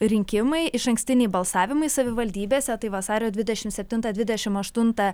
rinkimai išankstiniai balsavimai savivaldybėse tai vasario dvidešimt septintą dvidešimt aštuntą